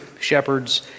shepherds